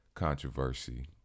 Controversy